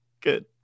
good